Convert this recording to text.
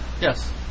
Yes